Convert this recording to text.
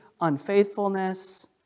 Unfaithfulness